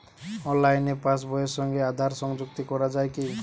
অনলাইনে পাশ বইয়ের সঙ্গে আধার সংযুক্তি করা যায় কি?